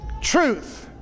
Truth